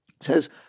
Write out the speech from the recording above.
says